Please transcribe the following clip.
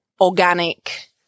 organic